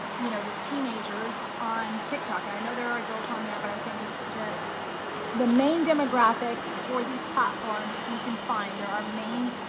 you know, the teenagers on tik tok, and i know there are adults on there, but i'm saying the the main demographic for these platforms, you can find there are main,